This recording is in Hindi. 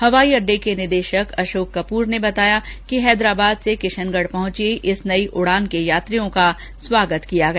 हवाई अड्डे के निदेशक अशोक कपूर ने बताया कि हैदराबाद से किशनगढ़ पहुंचे इस नई उड़ान के यात्रियों का स्वागत किया गया